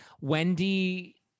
Wendy